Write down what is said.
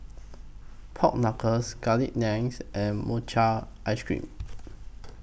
Pork Knuckles Garlic Naans and Mochi Ice Cream